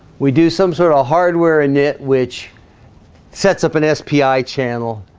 we do some sort of hardware in it which sets up an spi channel.